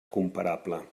comparable